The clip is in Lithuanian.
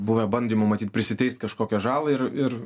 buvę bandymų matyt prisiteist kažkokią žalą ir ir